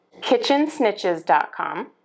kitchensnitches.com